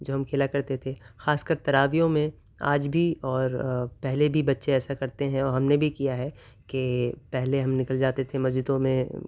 جو ہم کھیلا کرتے تھے خاص کر تراویح میں آج بھی اور پہلے بھی بچے ایسا کرتے ہیں اور ہم نے بھی کیا ہے کہ پہلے ہم نکل جاتے تھے مسجدوں میں